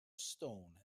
stone